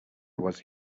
was